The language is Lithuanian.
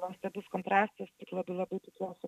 nuostabius kontrastus labai labai tikiuosi